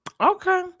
okay